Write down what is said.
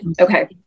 okay